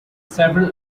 several